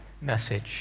message